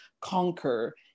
conquer